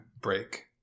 break